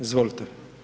Izvolite.